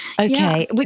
Okay